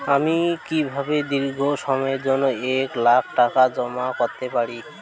আমি কিভাবে দীর্ঘ সময়ের জন্য এক লাখ টাকা জমা করতে পারি?